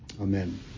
Amen